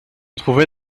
trouvait